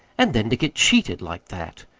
and then to get cheated like that.